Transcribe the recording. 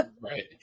Right